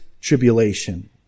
tribulation